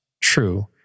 true